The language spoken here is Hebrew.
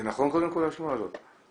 זה נכון, השמועה, או לא?